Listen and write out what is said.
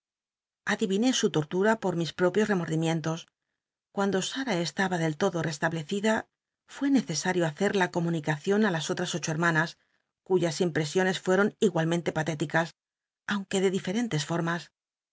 adiviné u tortura por mis propios remordimicntos cuando sara estaba del lodo réstablecida fué nccesario hacer la comunicacion i las olms ocho hermanas cuyas impresiones fueron igualmente patéticas aunque de diferentes formas